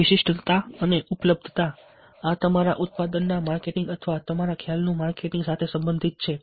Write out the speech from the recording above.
વિશિષ્ટતા અને ઉપલબ્ધતા આ તમારા ઉત્પાદનના માર્કેટિંગ અથવા તમારા ખ્યાલનું માર્કેટિંગ સાથે સંબંધિત છે